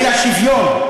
המילה שוויון.